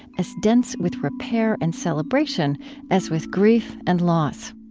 as dense with repair and celebration as with grief and loss